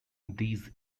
these